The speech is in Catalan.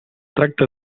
tracta